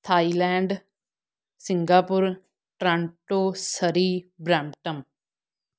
Thailand Singapore Toronto Surrey Brampton